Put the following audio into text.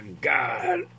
God